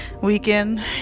weekend